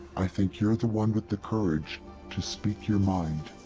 i think you're the one with the courage to speak your mind.